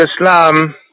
Islam